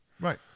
Right